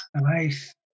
Nice